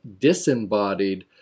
disembodied